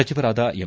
ಸಚಿವರಾದ ಎಂ